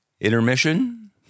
Intermission